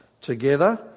together